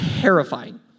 terrifying